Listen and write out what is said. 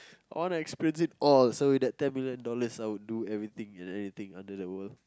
I want to experience it all so that ten million dollars I would do everything and anything under the world